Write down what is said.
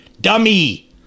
Dummy